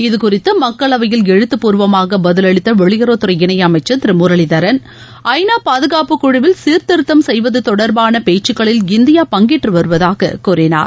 இது குறித்து மக்களவையில் எழுத்துபூர்வமாக பதிலளித்த வெளியுறவுத்துறை இணையமைச்சர் திரு முரளிதரன் ஜநா பாதகாப்புக்குழுவில் சீர்திருத்தம் செய்வது தொடர்பான பேச்சுக்களில் இந்தியா பங்கேற்று வருவதாக கூறினார்